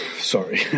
sorry